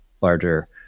larger